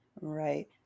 Right